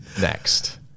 Next